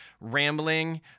rambling